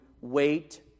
wait